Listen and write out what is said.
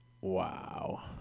Wow